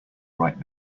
right